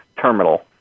terminal